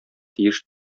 тиеш